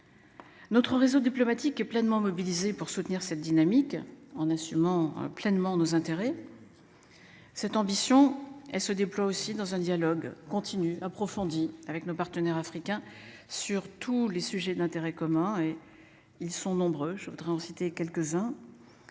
Notre réseau diplomatique est pleinement mobilisée pour soutenir cette dynamique en assumant pleinement nos intérêts. Cette ambition, elle se déploie aussi dans un dialogue continu approfondies avec nos partenaires africains sur tous les sujets d'intérêt commun et ils sont nombreux je voudrais en citer quelques-uns.